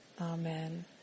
Amen